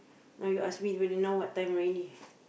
now you ask me when you now what time already